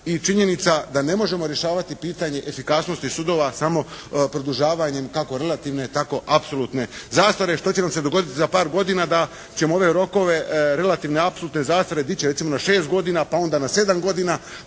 i činjenica da ne možemo rješavati pitanje efikasnosti sudova samo produžavanjem kako relativne tako apsolutne zastare što će nam se dogoditi za par godina da ćemo ove rokove relativne i apsolutne zastare dići recimo na 6 godina, pa onda na 7 godina,